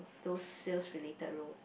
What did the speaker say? those sales related role